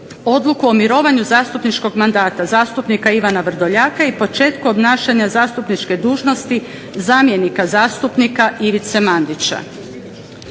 Odluku o mirovanju zastupničkog mandata zastupnika Ivana Vrdoljaka i počeku obnašanja zastupničke dužnosti zamjenika zastupnika Ivice Mandića.